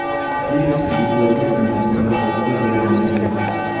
Fixed deposit मे मोला कतका ब्याज मिलही?